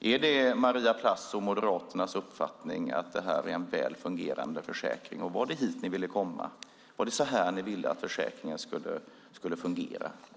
Är det Maria Plass och Moderaternas uppfattning att detta är en väl fungerande försäkring? Var det hit ni ville komma? Var det så här ni ville att försäkringen skulle fungera?